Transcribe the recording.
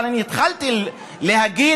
אבל התחלתי להגיד,